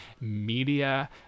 media